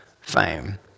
fame